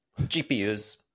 GPUs